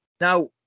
Now